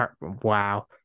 wow